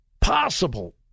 possible